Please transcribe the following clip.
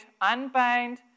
unbound